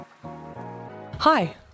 Hi